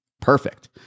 Perfect